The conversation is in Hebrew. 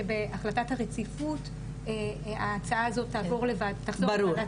שבהחלטת הרציפות ההצעה הזאת תחזור לוועדה.